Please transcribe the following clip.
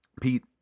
Pete